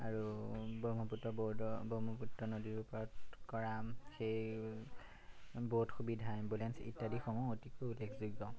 আৰু ব্ৰহ্মপুত্ৰ ব'ৰ্ডৰ ব্ৰহ্মপুত্ৰ নদীৰ ওপৰত কৰা সেই ব'ৰ্ড সুবিধা এম্বুলেঞ্চ ইত্যাদিসমূহ অতিকৈ উল্লেখযোগ্য